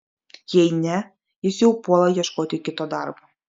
jei ne jis jau puola ieškoti kito darbo